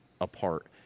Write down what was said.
apart